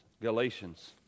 Galatians